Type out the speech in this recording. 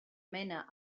mena